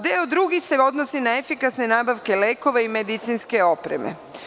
Deo drugi se odnosi na efikasne nabavke lekova i medicinske opreme.